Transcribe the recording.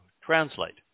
translate